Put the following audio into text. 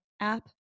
app